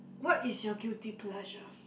what is your guilty pleasure